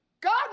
God